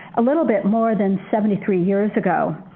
a little bit more than seventy three years ago.